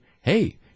hey